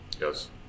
yes